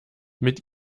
mit